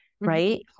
right